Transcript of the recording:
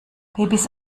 babys